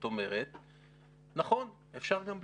זאת אומרת, נכון, אפשר גם בלי.